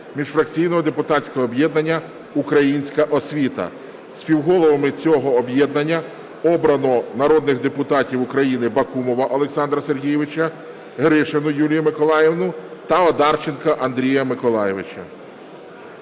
міжфракційного депутатського об'єднання "Українська освіта". Співголовами цього об'єднання обрано народних депутатів України Бакумова Олександра Сергійовича, Гришину Юлію Миколаївну та Одарченка Андрія Миколайовича.